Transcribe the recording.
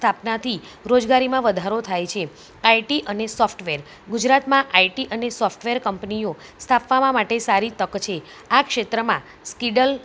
સ્થાપનાથી રોજગારીમાં વધારો થાય છે આઇટી અને સોફ્ટવેર ગુજરાતમાં આઈટી અને સોફ્ટવેર કંપનીઓ સ્થાપવા માટે સારી તક છે આ ક્ષેત્રમાં કિડલ